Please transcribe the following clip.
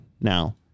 now